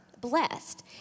blessed